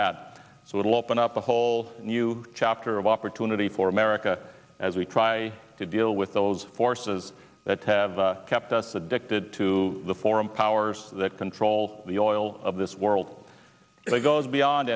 had so little opened up a whole new chapter of opportunity for america as we try to deal with those forces that have kept us addicted to the foreign powers that control the oil of this world goes beyond